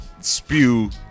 spew